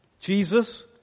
Jesus